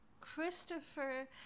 Christopher